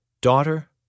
Daughter